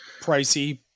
pricey